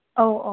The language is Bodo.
औ औ